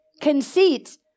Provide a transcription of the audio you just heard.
Conceit